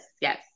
yes